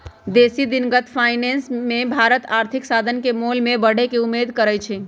बेशी दिनगत फाइनेंस मे भारत आर्थिक साधन के मोल में बढ़े के उम्मेद करइ छइ